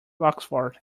oxford